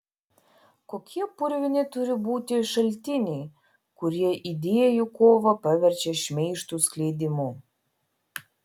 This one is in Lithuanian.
kokie purvini turi būti šaltiniai kurie idėjų kovą paverčia šmeižtų skleidimu